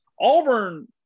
Auburn –